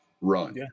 run